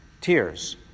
tears